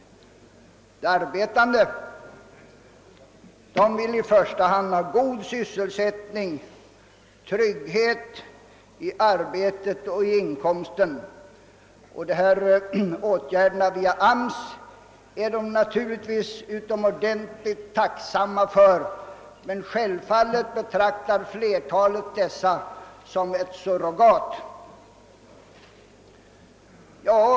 De arbetande vill i första hand ha god sysselsättning med trygghet i arbetet och i inkomsten. Åtgärderna via AMS är de naturligtvis utomordentligt tacksamma för, men självfallet betraktar flertalet dessa som ett surrogat.